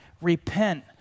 Repent